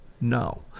No